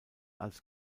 als